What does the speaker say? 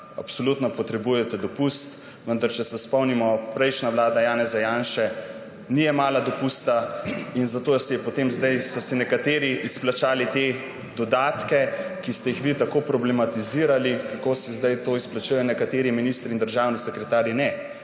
Absolutno potrebujete dopust. Vendar če se spomnimo, prejšnja vlada Janeza Janše ni jemala dopusta, zato so si nekateri izplačali te dodatke, ki ste jih vi tako problematizirali, češ, kako si zdaj to izplačujejo nekateri ministri in državni sekretarji. Ne,